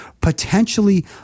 potentially